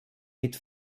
mit